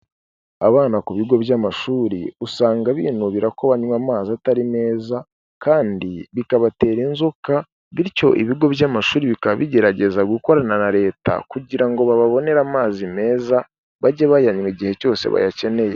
Abana ku bigo by'amashuri usanga binubira ko banywa amazi atari meza kandi bikabatera inzoka, bityo ibigo by'amashuri bikaba bigerageza gukorana na Leta kugira ngo bababonere amazi meza bajye bayanywa igihe cyose bayakeneye.